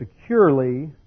securely